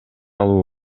алуу